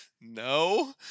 No